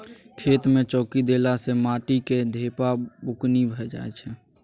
खेत मे चौकी देला सँ माटिक ढेपा बुकनी भए जाइ छै